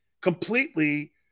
completely